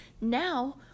now